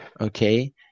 okay